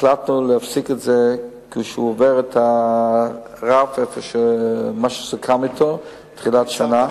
החלטנו להפסיק את זה כשהוא עובר את הרף שסוכם אתו בתחילת שנה.